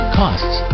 costs